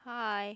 hi